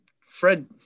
Fred